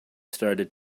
started